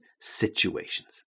situations